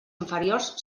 inferiors